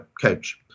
coach